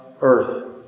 earth